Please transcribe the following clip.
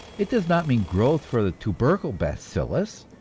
it does not mean growth for the tubercle bacillus,